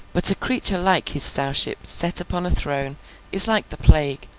but, a creature like his sowship set upon a throne is like the plague,